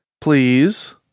Please